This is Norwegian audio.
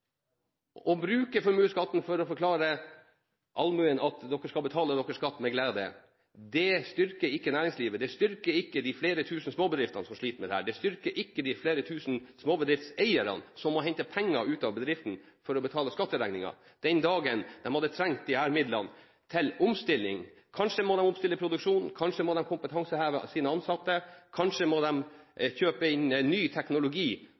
Å bruke formuesskatten for å forklare allmuen at de skal betale sin skatt med glede, styrker ikke næringslivet. Det styrker ikke de flere tusen småbedriftene som sliter med dette, det styrker ikke de flere tusen småbedriftseierne som må hente penger ut av bedriften for å betale skatteregningen den dagen de hadde trengt disse midlene til omstilling – kanskje må de omstille produksjonen, kanskje må de heve kompetansen til sine ansatte, kanskje må de kjøpe inn ny teknologi